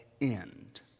end